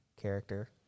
character